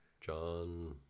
John